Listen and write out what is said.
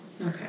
Okay